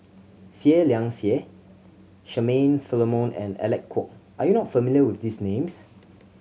Seah Liang Seah Charmaine Solomon and Alec Kuok are you not familiar with these names